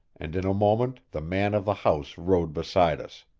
and in a moment the man of the house rode beside us.